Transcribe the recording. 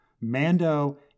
Mando